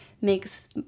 makes